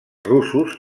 russos